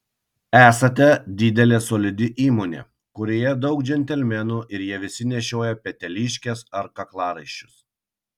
esate didelė solidi įmonė kurioje daug džentelmenų ir jie visi nešioja peteliškes ar kaklaraiščius